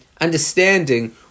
understanding